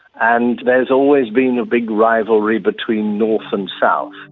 and there has always been a big rivalry between north and south.